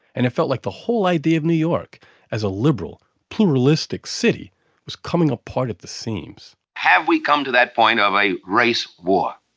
and it felt like the whole idea of new york as a liberal, pluralistic city was coming apart at the seams have we come to that point of a race war?